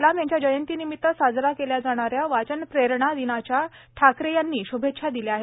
कलाम यांच्या जयंतीनिमित्त साजरा केल्या जाणाऱ्या वाचन प्रेरणा दिनाच्या ठाकरे यांनी श्भेच्छा दिल्या आहेत